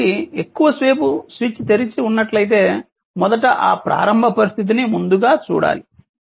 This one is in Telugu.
కాబట్టి ఎక్కువ సేపు స్విచ్ తెరిచి ఉన్నట్లయితే మొదట ఆ ప్రారంభ పరిస్థితిని ముందుగా చూడాలి